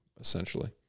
essentially